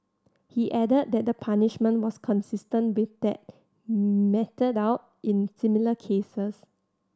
he added that the punishment was consistent with that meted out in similar cases